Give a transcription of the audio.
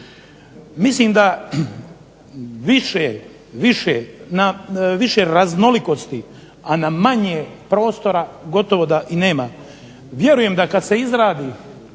Mislim da više raznolikosti, a na manje prostora gotovo da i nema. Vjerujem da kad se izradi